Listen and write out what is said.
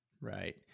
Right